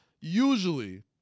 usually